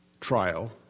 trial